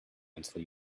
until